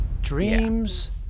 dreams